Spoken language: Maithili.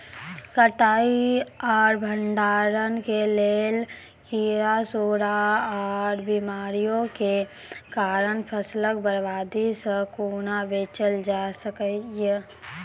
कटाई आर भंडारण के लेल कीड़ा, सूड़ा आर बीमारियों के कारण फसलक बर्बादी सॅ कूना बचेल जाय सकै ये?